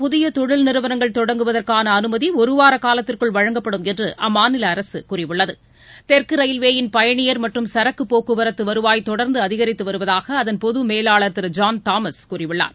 மத்தியபிரதேசத்தில் புதிய தொழில் நிறுவனங்கள் தொடங்குவதற்கான அனுமதி ஒரு வார காலத்திற்குள் வழங்கப்படும் என்று அம்மாநில அரசு கூறியுள்ளது தெற்கு ரயில்வேயின் பயணியா் மற்றும் சரக்கு போக்குவரத்து வருவாய் தொடா்ந்து அதிகித்து வருவதாக அதன் பொது மேலாளர் திரு ஜான் தாமஸ் கூறியுள்ளார்